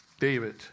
David